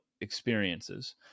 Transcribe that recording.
experiences